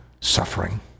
suffering